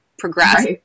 Progress